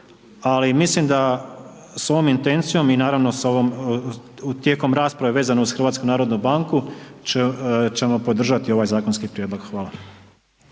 Ali mislim da sa ovom intencijom i naravno s ovom, u tijeku raspravu vezano uz HNB ćemo podržati ovaj zakonski prijedlog. Hvala.